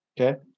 okay